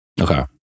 Okay